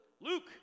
Luke